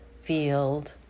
field